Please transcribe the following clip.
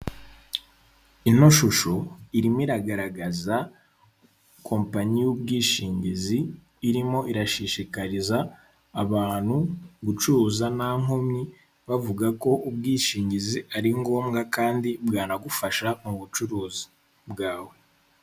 Ino shusho irimo iragaragaza kompanyi y'ubwishingizi irimo irashishikariza abantu gucuruza nta nkomyi, bavuga ko ubwishingizi ari ngombwa, kandi bwanagufasha mu bucuruzi bwawe.